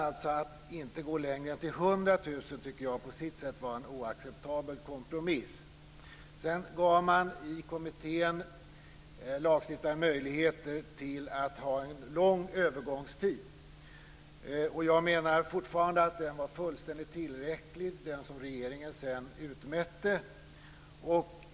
Att man inte gick längre än till 100 000 kr tycker jag på sitt sätt var en oacceptabel kompromiss. Sedan gav kommittén lagstiftaren möjlighet att ha en lång övergångstid. Jag menar fortfarande att den övergångstid som regeringen sedan utmätte var fullständigt tillräcklig.